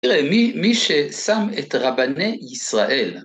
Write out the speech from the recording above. תראה מי ששם את רבני ישראל.